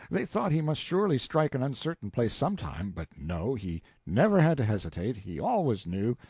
they thought he must surely strike an uncertain place some time but no, he never had to hesitate, he always knew,